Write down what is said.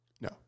No